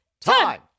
Time